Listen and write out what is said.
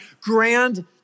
grand